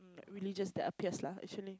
religious that appears lah actually